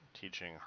teaching